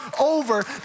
over